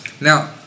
Now